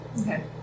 Okay